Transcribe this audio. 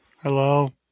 hello